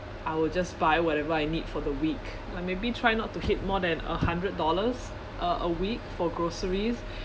I will just buy whatever I need for the week like maybe try not to hit more than a hundred dollars uh a week for groceries